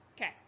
Okay